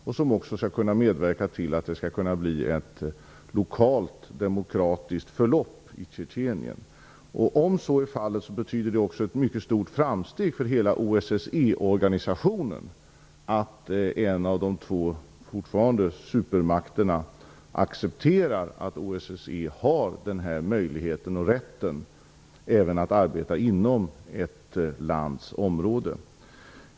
Den skall också kunna medverka till ett lokalt demokratiskt förlopp i Tjetjenien. Det innebär ett mycket stort framsteg för hela OSSE att en av de två supermakterna, som det fortfarande handlar om, accepterar att OSSE har möjlighet och rätt även att arbeta inom ett lands område.